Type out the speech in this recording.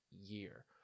year